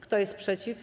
Kto jest przeciw?